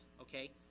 okay